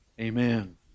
Amen